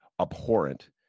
abhorrent